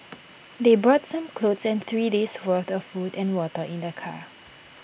they brought some clothes and three days' worth of food and water in their car